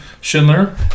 Schindler